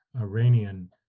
Iranian